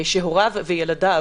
לגבי הוריו וילדיו.